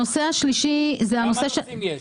הנושא השלישי הוא הנושא --- כמה נושאים יש?